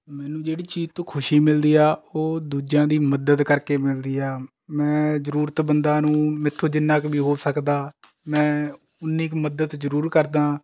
ਮੈਂਨੂੰ ਜਿਹੜੀ ਚੀਜ਼ ਤੋਂ ਖੁਸ਼ੀ ਮਿਲਦੀ ਹੈ ਉਹ ਦੂਜਿਆਂ ਦੀ ਮਦਦ ਕਰਕੇ ਮਿਲਦੀ ਹੈ ਮੈਂ ਜ਼ਰੂਰਤਮੰਦਾਂ ਨੂੰ ਮੇਰੇ ਤੋਂ ਜਿੰਨਾ ਕੁ ਵੀ ਹੋ ਸਕਦਾ ਮੈਂ ਉੱਨੀ ਕੁ ਮਦਦ ਜ਼ਰੂਰ ਕਰਦਾਂ